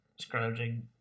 scrounging